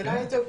כן.